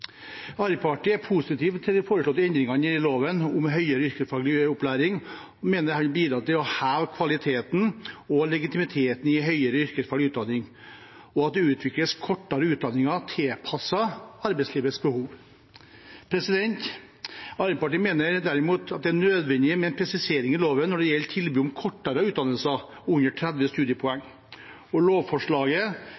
Arbeiderpartiet er positiv til de foreslåtte endringene i loven om høyere yrkesfaglig opplæring og mener dette vil bidra til å heve kvaliteten og legitimiteten i høyere yrkesfaglig utdanning og at det utvikles kortere utdanninger tilpasset arbeidslivets behov. Arbeiderpartiet mener derimot at det er nødvendig med en presisering i loven når det gjelder tilbud om kortere utdannelser under 30 studiepoeng.